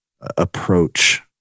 approach